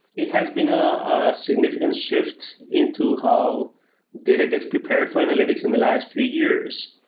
it has been a significant shift into how data gets prepared for analytics in the last few years.